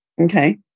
Okay